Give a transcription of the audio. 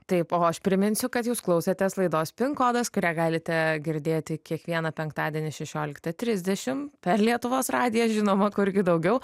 taip o aš priminsiu kad jūs klausėtės laidos pin kodas kurią galite girdėti kiekvieną penktadienį šešioliktą trisdešimt per lietuvos radiją žinoma kurgi daugiau